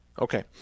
okay